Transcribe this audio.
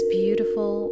beautiful